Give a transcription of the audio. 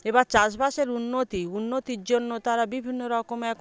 এবার চাষবাসের উন্নতি উন্নতির জন্য তারা বিভিন্ন রকম এখন